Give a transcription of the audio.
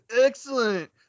Excellent